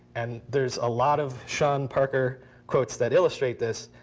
and there's a lot of sean parker quotes that illustrate this,